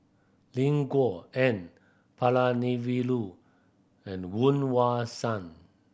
Lin Gao N Palanivelu and Woon Wah Siang